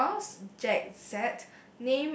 for yours Jack said